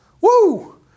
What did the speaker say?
Woo